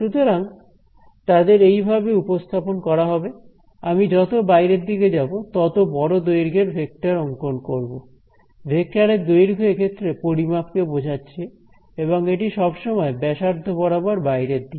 সুতরাং তাদের এই ভাবে উপস্থাপন করা হবে আমি যত বাইরের দিকে যাব ততো বড় দৈর্ঘ্যের ভেক্টর অঙ্কন করব ভেক্টরের দৈর্ঘ্য এক্ষেত্রে পরিমাপ কে বোঝাচ্ছে এবং এটি সবসময় ব্যাসার্ধ বরাবর বাইরের দিকে